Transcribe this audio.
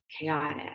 chaotic